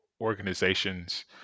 organizations